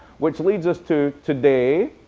which leads us to today,